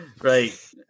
Right